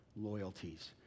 loyalties